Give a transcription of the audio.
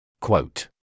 Quote